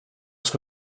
ska